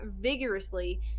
vigorously